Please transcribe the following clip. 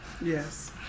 Yes